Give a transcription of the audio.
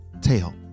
tail